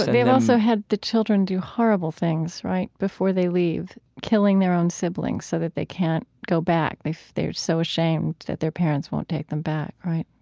they've also had the children do horrible things, right, before they leave, killing their own siblings, so that they can't go back, they're so ashamed that their parents won't take them back, right?